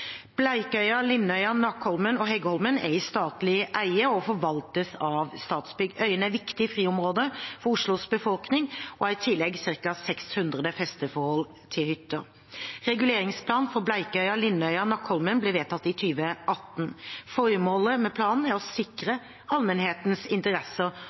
Lindøya, Nakholmen og Heggholmen er i statlig eie og forvaltes av Statsbygg. Øyene er viktige friområder for Oslos befolkning og har i tillegg ca. 600 festeforhold til hytter. Reguleringsplanen for Bleikøya, Lindøya og Nakholmen ble vedtatt i 2018. Formålet med planen er å sikre allmennhetens interesser